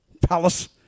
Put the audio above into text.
palace